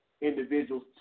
individuals